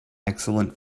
excellent